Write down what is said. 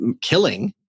killing